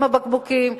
עם הבקבוקים,